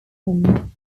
him